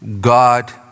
God